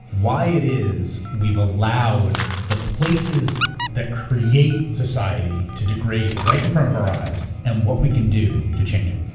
why it is we've allowed the places that create society to degrade right in front of our eyes and what we can do to change it.